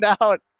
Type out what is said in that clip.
out